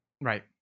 Right